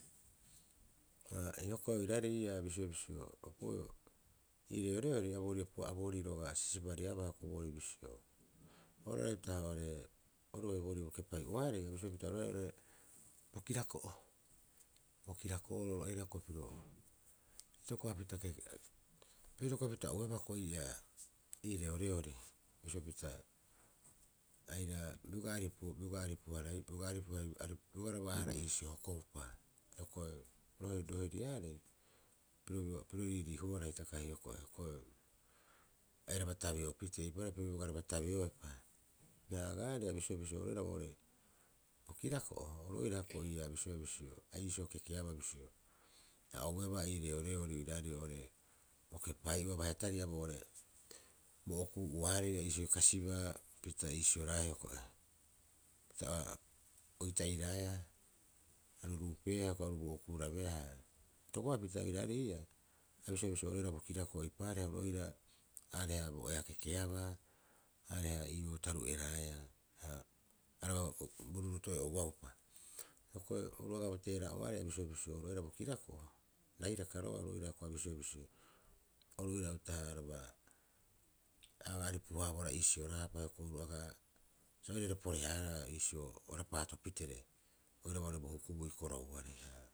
Ha hioko'i oiraarei ii'aa bisio- bisio ii reoreori a boorii roga'a sisibareabaa boorii bisio, oira hita oo'ore oru bai boorii bokepai'oarei bisio pita oeea bo kirako'oro. Bo kirako'oro oru aira piro itokopapita keke piro itokopapita ouebaa ii'aa ii reoreori bisio pita aira bioga aripuibohara iisio hokohupa hioko'i roheriarei piro riiriihuara hitaka hioko'i. Hioko'i oiraba tabeopitee eipaareha piro biogara tabeopa. Haia agaarei bisioea bisio oru oira oo'ore bokirako'o ru oira hioko'i ii'aa a bisioea bisio a iisio kekeabaa bisio. A ouabaa ii reoreori oiraarei o'ore bo kepai'oa baiha tari'a boo'ore bo okuu'oarei a iisioi kasibaa pita iisio raea hioko'e. Pita oita'i raea aru ruupeea hiokoe aru bo okuurabeea. Itokopapita oiraarei ii'aa, a bisioea bisio oira bo kirako'o eipaareha oru oira aareha bo'ea kekeabaa areeha iiboo taruu'e raea, ha aareha bo ruuruuto'e ouaupa. Hioko'i oru agaa bo teera'a'oarei bisioe bisio oru oira bo kirako'o rairaka roga'a a bisioea bisio oru oira uta'aha araba aga aripu- haabohara iisio raapa hioko'i oru agaa sa oiraire porehaara iisio o rapaato pitee oiraba oo'ore bohuku ii korauoareha.